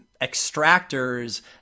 extractors